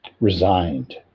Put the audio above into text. resigned